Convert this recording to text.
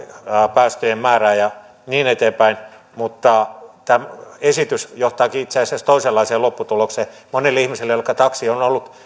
päästöjen määrää ja niin eteenpäin mutta tämä esitys johtaakin itse asiassa toisenlaiseen lopputulokseen monelle ihmiselle jolle taksi on ollut